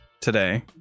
today